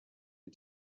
wir